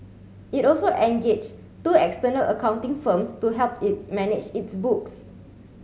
it also engaged two external accounting firms to help it manage its books